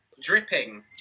dripping